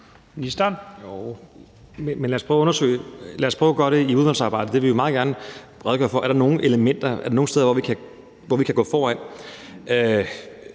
lad os prøve at gøre det i udvalgsarbejdet. Vi vil meget gerne redegøre for, om der er nogen steder, hvor vi kan gå foran.